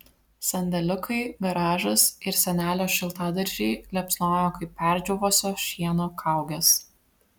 sandėliukai garažas ir senelio šiltadaržiai liepsnojo kaip perdžiūvusio šieno kaugės